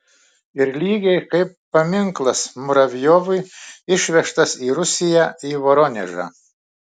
ir lygiai kaip paminklas muravjovui išvežtas į rusiją į voronežą